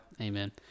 amen